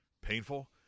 painful